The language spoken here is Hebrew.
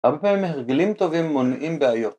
‫הרבה פעמים הרגלים טובים ‫מונעים בעיות.